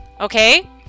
okay